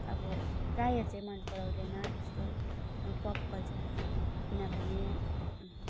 अब प्राय चाहिँ मन पराउँदैन यस्तो पप कल्चरहरू किनभने